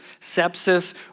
sepsis